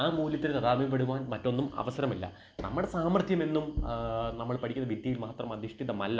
ആ മൂല്യത്തിൽ താദാത്മ്യപ്പെടുവാൻ മറ്റൊന്നും അവസരമില്ല നമ്മുടെ സാമർത്യഥ്യമെന്നും നമ്മൾ പഠിക്കുന്ന വിദ്യയിൽ മാത്രം അധിഷ്ഠിതമല്ല